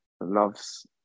loves